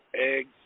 eggs